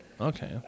Okay